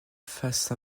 face